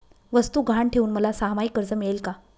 वस्तू गहाण ठेवून मला सहामाही कर्ज मिळेल का?